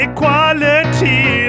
Equality